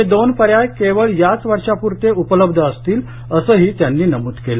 हे दोन पर्याय केवळ याच वर्षाप्रते उपलब्ध असतील असंही त्यांनी नमूद केलं